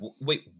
wait